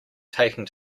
taking